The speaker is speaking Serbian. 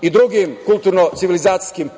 i drugim kulturno civilizacijskim